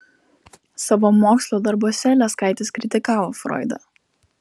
savo mokslo darbuose leskaitis kritikavo froidą